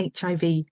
HIV